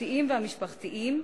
התרבותיים והמשפחתיים,